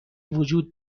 وجود